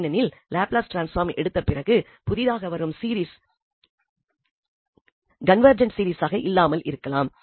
ஏனெனில் Laplace transform எடுத்த பிறகு புதிதாக வரும் சீரிஸ் கன்வெர்ஜென்ட் சீரிஸாக இல்லாமல் இருக்கலாம்